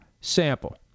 sample